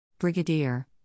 Brigadier